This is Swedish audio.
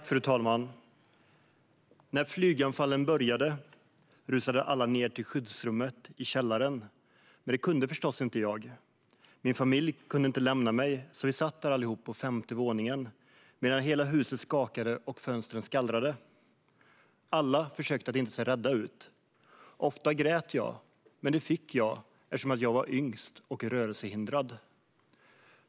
Fru talman! När flyganfallen började rusade alla ned till skyddsrummet i källaren, men det kunde förstås inte jag. Min familj kunde inte lämna mig, så vi satt allihop där på femte våningen medan hela huset skakade och fönstren skallrade. Alla försökte att inte se rädda ut. Ofta grät jag, men det fick jag eftersom jag var yngst och rörelsehindrad.